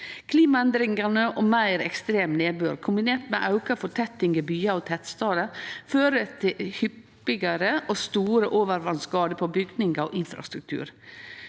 Klimaendringane og meir ekstremnedbør kombinert med auka fortetting i byar og tettstader fører til hyppigare og store overvasskadar på bygningar og infrastruktur.